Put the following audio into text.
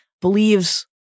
believes